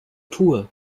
tour